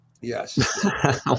Yes